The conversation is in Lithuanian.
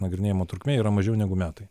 nagrinėjimo trukmė yra mažiau negu metai